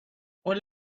all